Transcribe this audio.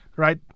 Right